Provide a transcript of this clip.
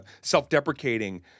self-deprecating